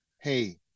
Hey